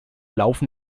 laufen